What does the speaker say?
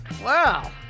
Wow